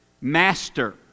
master